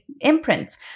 imprints